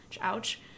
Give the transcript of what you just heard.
Ouch